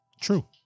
true